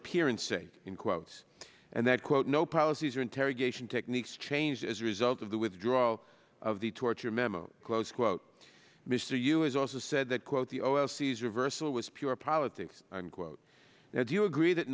appearance sake in quotes and that quote no policies or interrogation techniques changed as a result of the withdrawal of the torture memo close quote mr yoo is also said that quote the ofcs reversal was pure politics quote that you agree that